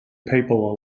papal